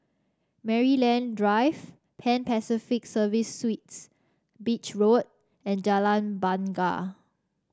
Maryland Drive Pan Pacific Serviced Suites Beach Road and Jalan Bungar